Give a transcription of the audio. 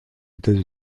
états